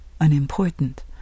unimportant